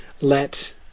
let